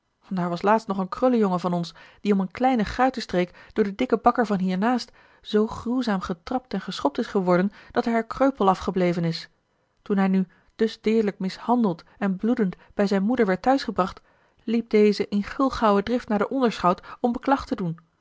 daar was laatst nog een krullenjongen van ons die om een kleinen guitenstreek door den dikken bakker van hier naast zoo gruwzaam getrapt en geschopt is geworden dat hij er kreupel af gebleven is toen hij nu dus deerlijk mishandeld en bloedend bij zijn moeder werd thuisgebracht liep deze in gulgauwe drift naar den onderschout om beklag te doen